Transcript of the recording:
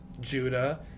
judah